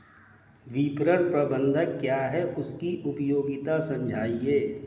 विपणन प्रबंधन क्या है इसकी उपयोगिता समझाइए?